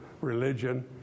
religion